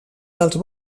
dels